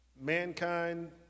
mankind